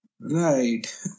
Right